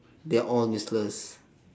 they're all useless